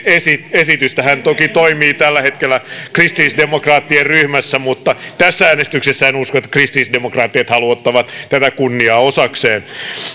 esitystä hän toki toimii tällä hetkellä kristillisdemokraattien ryhmässä mutta en usko että tässä äänestyksessä kristillisdemokraatit haluavat tätä kunniaa osakseen